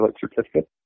certificate